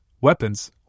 weapons